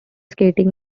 skating